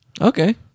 Okay